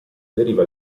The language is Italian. deriva